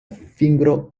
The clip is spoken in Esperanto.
fingro